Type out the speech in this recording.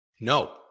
No